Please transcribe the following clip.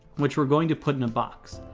which we're going to put in a box.